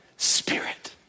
Spirit